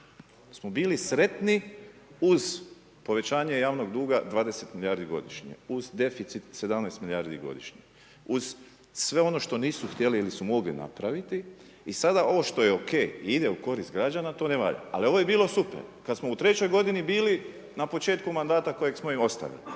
smo bili sretni uz povećanje javnog duga 20 milijardi godišnje, uz deficit 17 milijardi godišnje, uz sve ono što nisu htjeli ili su mogli napraviti i sada ovo što je OK i ide u korist građana, to ne valja. Ali ovo je bilo super, kad smo u trećoj godini bili na početku mandata kojeg smo i ostavili.